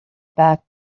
back